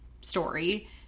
story